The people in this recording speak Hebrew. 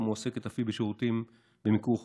המועסקת אף היא בשירותים במיקור חוץ,